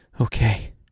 Okay